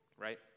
Right